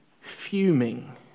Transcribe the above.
fuming